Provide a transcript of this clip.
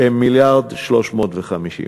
מיליארד ו-350 מיליון.